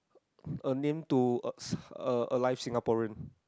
a name to uh alive Singaporean